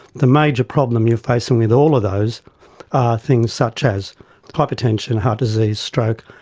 the major problem you're facing with all of those are things such as hypertension, heart disease, stroke,